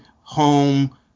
home